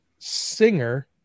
singer